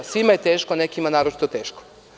Svima je teško, a nekima naročito teško.